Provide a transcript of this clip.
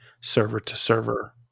server-to-server